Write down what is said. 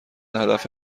هدف